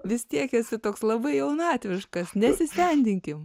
vis tiek esi toks labai jaunatviškas nesisendinkim